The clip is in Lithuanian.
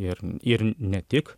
ir ir ne tik